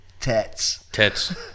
tets